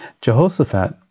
Jehoshaphat